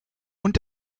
und